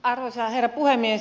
arvoisa herra puhemies